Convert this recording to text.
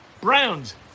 Browns